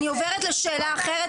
אני עוברת לשאלה אחרת,